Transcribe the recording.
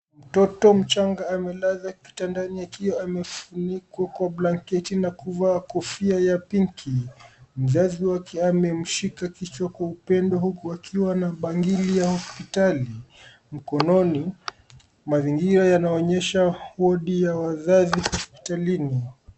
Mtoto mchanga amelazwa kitandani akiwa amefunikwa kwa blanketi na kuvaa kofia ya pinki. Mzazi wake amemshika kichwa kwa upendo huku akiwa na bangili ya hospitali mkononi . Mazingira yanaonyesha wodi ya wazazi hospitalini.